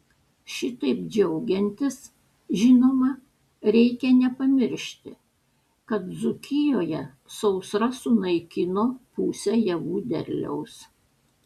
šitaip džiaugiantis žinoma reikia nepamiršti kad dzūkijoje sausra sunaikino pusę javų derliaus